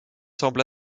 semble